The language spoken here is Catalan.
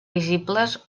visibles